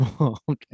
okay